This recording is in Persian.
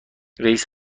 رییس